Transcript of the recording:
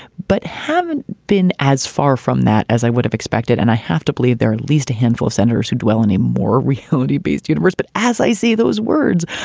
but haven't been as far from that as i would have expected. and i have to believe there at least a handful of senators who dwell in a more reality based universe. but as i see those words,